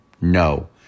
No